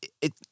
it-